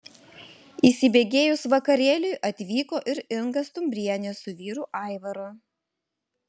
įsibėgėjus vakarėliui atvyko ir inga stumbrienė su vyru aivaru